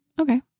Okay